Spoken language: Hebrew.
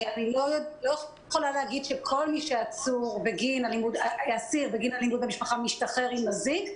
אני לא יכולה להגיד שכל אסיר שעצור בגין אלימות במשפחה משתחרר עם אזיק,